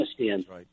Afghanistan